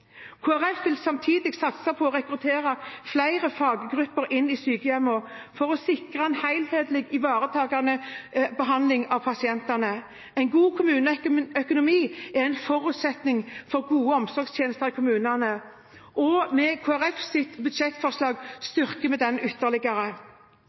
vil samtidig satse på å rekruttere flere faggrupper inn i sykehjemmene for å sikre en helhetlig ivaretakende behandling av pasientene. En god kommuneøkonomi er en forutsetning for gode helse- og omsorgstjenester i kommunene, og med Kristelig Folkepartis budsjettforslag styrker vi denne ytterligere.